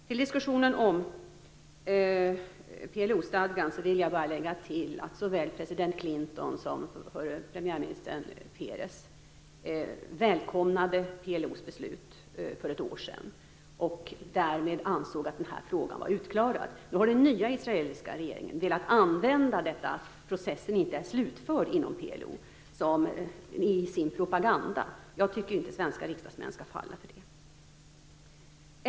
Till diskussionen om PLO-stadgan vill jag bara lägga till att såväl president Clinton som förre premiärministern Peres välkomnade PLO:s beslut för ett år sedan och därmed ansåg att denna fråga var utklarad. Nu har den nya israeliska regeringen velat använda detta att processen inte är slutförd inom PLO i sin propaganda. Jag tycker inte att svenska riksdagsmän skall falla för detta.